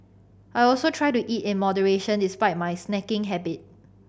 I also try to eat in moderation despite my snacking habit